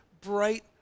bright